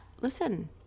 listen